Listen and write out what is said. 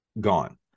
gone